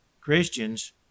Christians